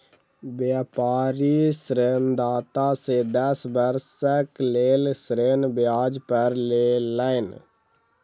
व्यापारी ऋणदाता से दस वर्षक लेल ऋण ब्याज पर लेलैन